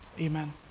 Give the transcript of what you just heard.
Amen